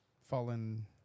Fallen